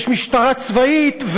יש משטרה צבאית,